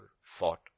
fought